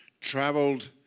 traveled